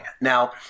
Now